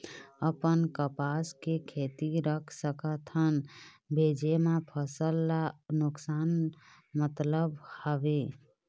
अपन कपास के खेती रख सकत हन भेजे मा फसल ला नुकसान मतलब हावे?